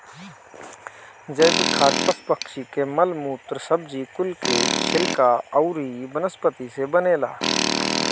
जैविक खाद पशु पक्षी के मल मूत्र, सब्जी कुल के छिलका अउरी वनस्पति से बनेला